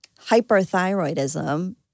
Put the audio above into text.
hyperthyroidism